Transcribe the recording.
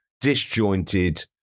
disjointed